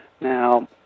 Now